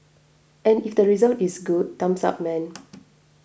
and if the result is good thumbs up man